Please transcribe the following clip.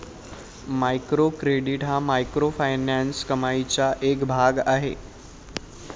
micro credit हा microfinance कमाईचा एक भाग आहे